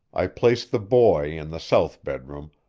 i placed the boy in the south bedroom,